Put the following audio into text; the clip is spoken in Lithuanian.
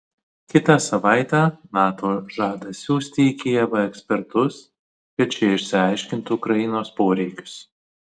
kitą savaitę nato žada siųsti į kijevą ekspertus kad šie išsiaiškintų ukrainos poreikius